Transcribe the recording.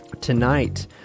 tonight